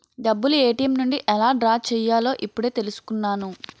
డబ్బులు ఏ.టి.ఎం నుండి ఎలా డ్రా చెయ్యాలో ఇప్పుడే తెలుసుకున్నాను